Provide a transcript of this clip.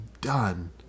done